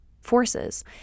forces